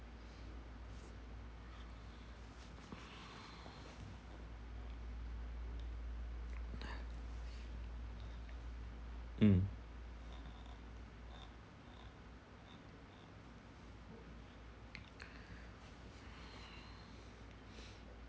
mm